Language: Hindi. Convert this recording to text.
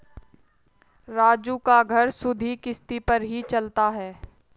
राजू का घर सुधि किश्ती पर ही चलता है